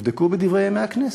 תבדקו ב"דברי הכנסת".